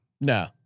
No